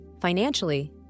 Financially